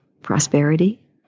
prosperity